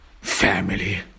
family